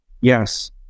Yes